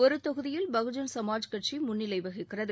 ஒரு தொகுதியில் பகுஜன் சமாஜ் கட்சி முன்னிலை வகிக்கிறது